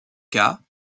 cas